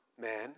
man